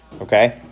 Okay